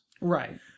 Right